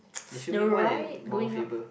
they should make one at Mount-Faber